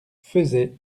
faisait